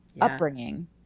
upbringing